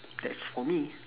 that's for me